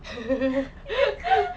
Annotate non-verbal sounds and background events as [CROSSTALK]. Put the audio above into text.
[LAUGHS] ye ke